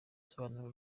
isobanura